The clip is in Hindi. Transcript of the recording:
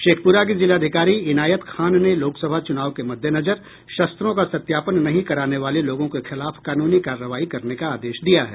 शेखपुरा की जिलाधिकारी इनायत खान ने लोकसभा चुनाव के मद्देनजर शस्त्रों का सत्यापन नहीं कराने वाले लोगों के खिलाफ कानूनी कार्रवाई करने का आदेश दिया है